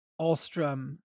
Alstrom